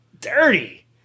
dirty